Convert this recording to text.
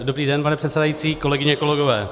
Dobrý den, pane předsedající, kolegyně, kolegové.